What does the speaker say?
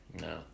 No